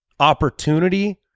opportunity